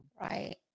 Right